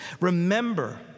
remember